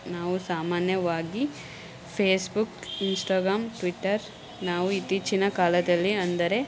ನಾವು ಸಾಮಾನ್ಯವಾಗಿ Facebook Instagram Twitter ನಾವು ಇತ್ತೀಚಿನ ಕಾಲದಲ್ಲಿ ಅಂದರೆ